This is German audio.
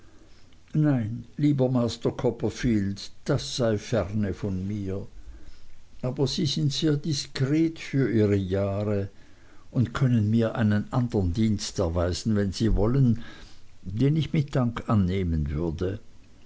nein lieber master copperfield das sei ferne von mir aber sie sind sehr diskret für ihre jahre und können mir einen andern dienst erweisen wenn sie wollen den ich mit dank annehmen würde